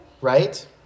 right